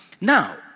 Now